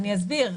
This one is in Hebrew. אני אסביר.